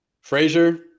Frazier